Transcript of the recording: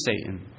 Satan